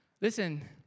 Listen